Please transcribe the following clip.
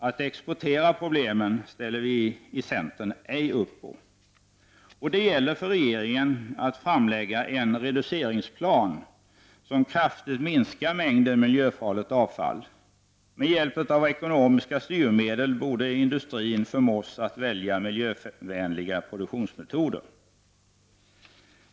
Att exportera problemen ställer vi i centern ej oss bakom. Det gäller för regeringen att framlägga en reduceringsplan som innebär att mängden miljöfarligt avfall kraftigt minskar. Med hjälp av ekonomiska styrmedel borde industrin förmås att välja miljövänliga produktionsmetoder.